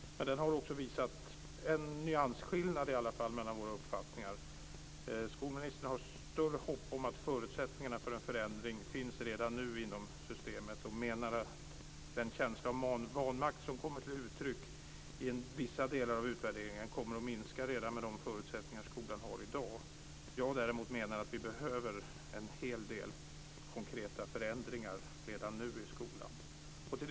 Men den har också visat en nyansskillnad mellan våra uppfattningar. Skolministern har större hopp om att förutsättningarna för en förändring finns redan nu inom systemet, och hon menar att den känsla av vanmakt som kommer till uttryck i vissa delar av utvärderingen kommer att minska redan med de förutsättningar skolan har i dag. Jag menar däremot att vi behöver en hel del konkreta förändringar i skolan redan nu.